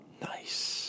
Nice